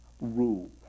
rule